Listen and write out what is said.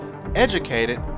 educated